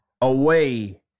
away